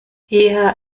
eher